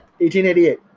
1888